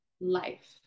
Life